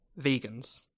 vegans